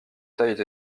taille